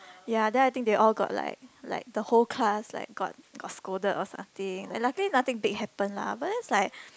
ya then I think they all got like like the whole class like got got scolded or something lucky nothing big happened lah but then it's like